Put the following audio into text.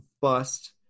bust